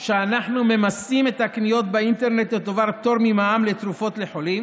שאנחנו ממסים את הקניות באינטרנט לטובת פטור ממע"מ לתרופות לחולים,